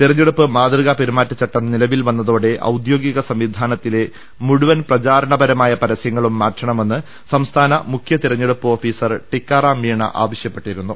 തെരഞ്ഞെടുപ്പ് മാതൃകാ പെരുമാറ്റചട്ടം നിലവിൽ വന്ന തോടെ ഔദ്യോഗിക സംവിധാനത്തിലെ മുഴുവൻ പ്രചാരണപരമായ പര സൃങ്ങളും മാറ്റണമെന്ന് സംസ്ഥാന മുഖ്യ തെരഞ്ഞെടുപ്പ് ഓഫീസർ ടിക്കാറാം മീണ് ആവശ്യപ്പെട്ടിരുന്നു